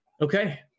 Okay